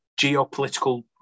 geopolitical